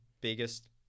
biggest